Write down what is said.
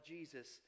Jesus